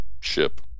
ship